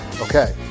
Okay